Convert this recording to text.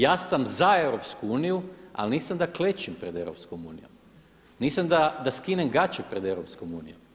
Ja sam za Europsku uniju ali nisam da klečim pred EU, nisam da skinem gače pred EU.